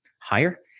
higher